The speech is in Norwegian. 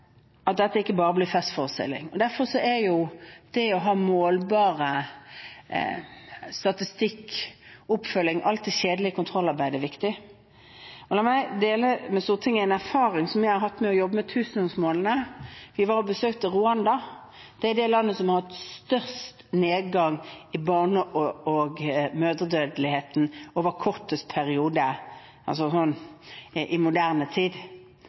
at dette ikke bare blir en festforestilling. Derfor er det å ha målbar statistikk, oppfølging – alt det kjedelige kontrollarbeidet – viktig, og la meg dele med Stortinget en erfaring jeg har hatt gjennom å jobbe med tusenårsmålene. Vi var og besøkte Rwanda. Det er det landet som har hatt størst nedgang i barne- og mødredødelighet over en kortest periode, altså i moderne tid.